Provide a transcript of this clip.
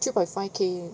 three point five K